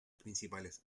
principales